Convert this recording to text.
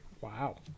Wow